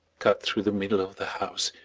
cut through the middle of the house,